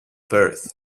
birth